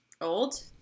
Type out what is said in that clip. old